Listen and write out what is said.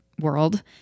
world